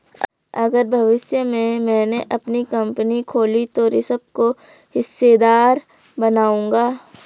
अगर भविष्य में मैने अपनी कंपनी खोली तो ऋषभ को हिस्सेदार बनाऊंगा